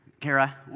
Kara